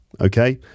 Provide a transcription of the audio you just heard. okay